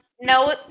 no